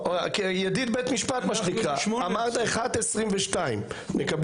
אמרת 13:22 נקבל